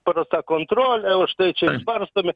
pro tą kontrolę o štai čia išbarstomi